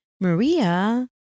Maria